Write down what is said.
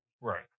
Right